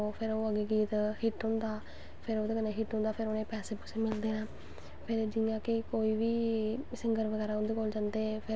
ठीक ऐ सब तो जेह्ड़ा आक्खो ना तुस ओह् होंदा ऐ कोई मुश्कल च कम्म नेंई ऐ हर कम्म जो चाह् ओह् करी सकदा ऐ बंदा